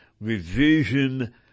Revision